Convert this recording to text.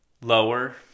lower